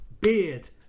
beard